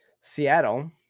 seattle